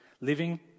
living